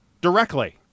directly